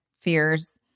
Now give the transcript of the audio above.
fears